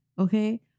okay